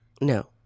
No